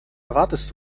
erwartest